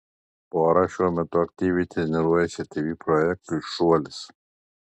pora šiuo metu aktyviai treniruojasi tv projektui šuolis